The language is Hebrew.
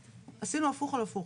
עשינו הפוך על הפוך,